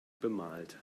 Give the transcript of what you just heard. bemalt